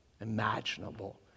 imaginable